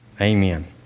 Amen